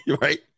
right